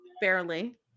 Barely